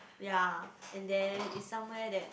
ya and then is somewhere that